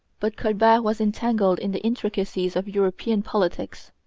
but colbert was entangled in the intricacies of european politics.